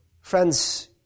Friends